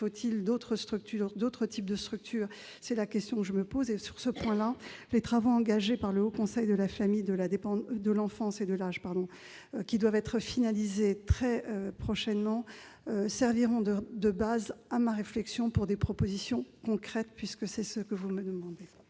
Faut-il d'autres types de structures ? C'est la question que je me pose. Sur ce point, les travaux engagés par le Haut Conseil de la famille, de l'enfance et de l'âge, qui doivent être finalisés très prochainement, serviront de base à ma réflexion, en vue de l'élaboration de propositions concrètes. La parole est à M. Alain Milon.